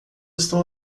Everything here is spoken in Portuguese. estão